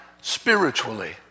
spiritually